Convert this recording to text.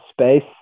space